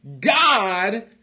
God